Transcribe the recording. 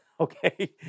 Okay